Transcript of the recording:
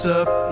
up